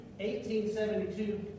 1872